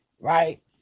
right